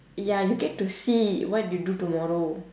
ya you get to see what you do tomorrow